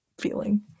feeling